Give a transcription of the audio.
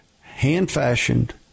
hand-fashioned